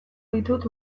ditut